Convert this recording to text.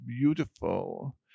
beautiful